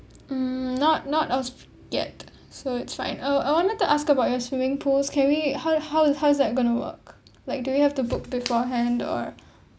mm not not of yet so it's fine oh I wanted to ask about your swimming pools can we how how is how is that gonna work like do we have to book before hand or